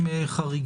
אנחנו בעמ' 7, ב-(2)(ב).